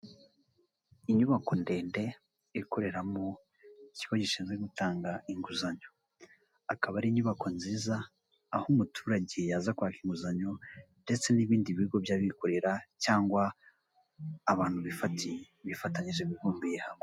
Inyubako ndende ikoreramo ikigo gishinzwe gutanga inguzanyo akaba ari inyubako nziza aho umuturage yaza kwakiraka inguzanyo ndetse n'ibindi bigo by'abikorera cyangwa abantu bifatiye bifatanyije, bibumbiye hamwe.